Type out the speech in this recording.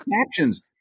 captions